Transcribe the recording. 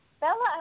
Bella